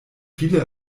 viele